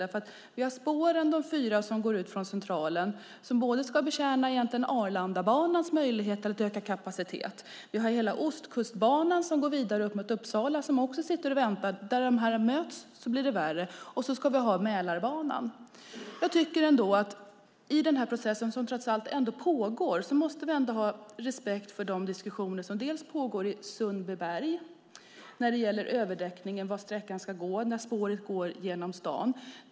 Vi har de fyra spåren som går ut från Centralen och som ska betjäna Arlandabanans möjligheter till ökad kapacitet. Så har vi Ostkustbanan som går vidare upp emot Uppsala och som också sitter och väntar. Där de här möts blir det värre. Och så ska vi ha Mälarbanan. Jag tycker att i den process som trots allt pågår måste vi ha respekt för de diskussioner som pågår i Sundbyberg när det gäller överdäckningen, var sträckan ska gå när spåret går genom staden.